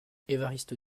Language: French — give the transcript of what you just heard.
évariste